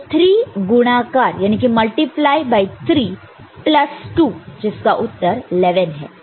तो 3 गुणाकार multiply multiply 3 plus 2 जिसका उत्तर 11 है